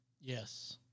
Yes